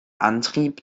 antrieb